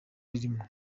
ririmo